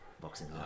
Boxing